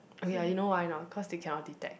oh ya you know why or not cause they cannot detect